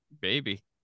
Baby